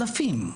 אלפים.